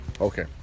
Okay